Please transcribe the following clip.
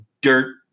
dirt